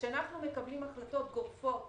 אנחנו מקבלים החלטות גורפות,